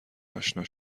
آشنا